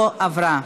לא עברה.